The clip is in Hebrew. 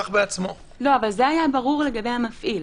אבל זה היה ברור לגבי המפעיל.